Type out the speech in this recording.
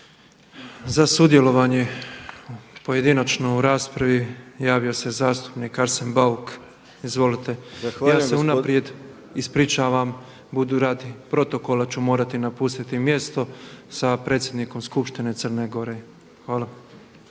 Za sudjelovanje pojedinačno u raspravi javio se zastupnik Arsen Bauk. Izvolite. Ja se unaprijed ispričavam budući da ću radi protokola ću morati napustiti mjesto sa predsjednikom Skupštine Crne Gore. Hvala.